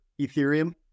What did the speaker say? Ethereum